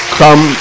come